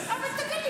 תודה רבה, אדוני